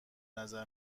نظر